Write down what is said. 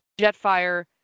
Jetfire